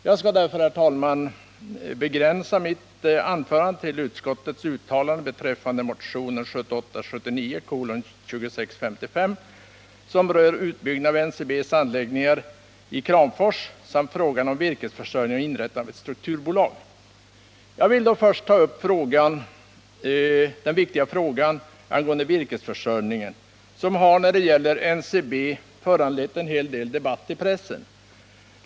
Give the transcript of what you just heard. Jag skall därför, herr talman, begränsa mitt anförande till utskottets uttalande beträffande motionen 1978/79:2655, som rör utbyggnaden av NCB:s anläggningar i Kramfors samt frågorna om virkesförsörjningen och inrättandet av ett strukturbolag. Jag vill då först ta upp den viktiga frågan angående virkesförsörjningen, som när det gäller NCB har föranlett en hel del debatt i pressen.